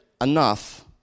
enough